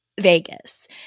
Vegas